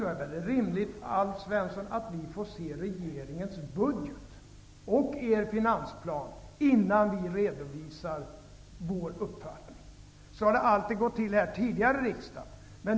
Då är det väl rimligt, Alf Svensson, att vi får se regeringens budgetförslag och finansplan innan vi redovisar vår uppfattning. Så har det alltid gått till tidigare här i riksdagen.